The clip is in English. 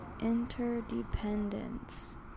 interdependence